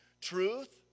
truth